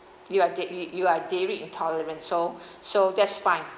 you are dai~ you are dairy intolerant so so that's fine